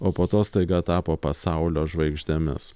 o po to staiga tapo pasaulio žvaigždėmis